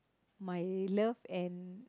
my love and